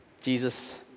Jesus